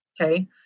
Okay